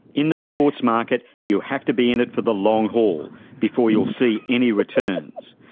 in the sports market, you have to be in it for the long haul before you'll see any returns.